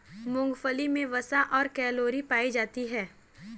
मूंगफली मे वसा और कैलोरी पायी जाती है